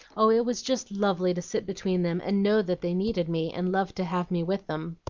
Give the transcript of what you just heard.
oh, it was just lovely to sit between them and know that they needed me, and loved to have me with them!